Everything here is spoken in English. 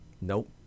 Nope